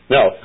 Now